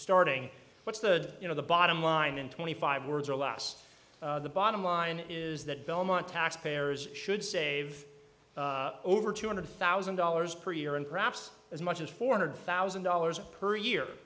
starting what's the you know the bottom line in twenty five words or less the bottom line is that belmont taxpayers should save over two hundred thousand dollars per year and perhaps as much as four hundred thousand dollars per year